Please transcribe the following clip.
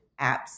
apps